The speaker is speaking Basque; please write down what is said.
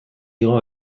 igo